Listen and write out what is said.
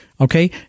Okay